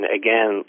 again